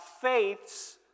faith's